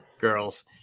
girls